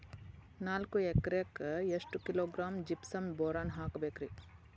ನಾಲ್ಕು ಎಕರೆಕ್ಕ ಎಷ್ಟು ಕಿಲೋಗ್ರಾಂ ಜಿಪ್ಸಮ್ ಬೋರಾನ್ ಹಾಕಬೇಕು ರಿ?